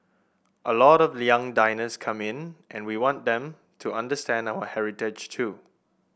a lot of young diners come in and we want them to understand our heritage too